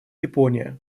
япония